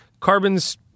carbon's